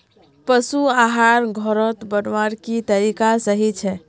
पशु आहार घोरोत बनवार की तरीका सही छे?